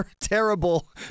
terrible